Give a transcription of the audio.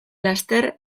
laster